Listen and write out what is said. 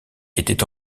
était